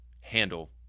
handle